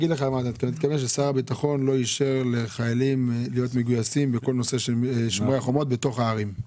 שר הביטחון לא אישר לחיילים להיות מגויסים בשומרי החומות בתוך הערים.